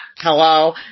Hello